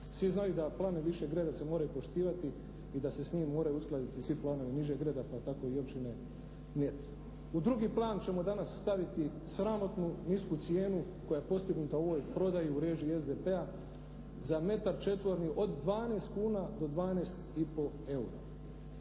Svi znaju da planovi višeg reda se moraju poštivati i da se s njim moraju uskladiti svi planovi nižeg reda pa tako i općine Mljet. U drugi plan ćemo danas staviti sramotnu nisku cijenu koja je postignuta u ovoj prodaji u režiji SDP-a za metar četvorni od 12 kuna do 12,5 EUR-a.